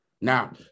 Now